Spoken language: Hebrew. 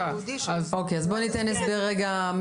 אז בוא ניתן הסבר מלא.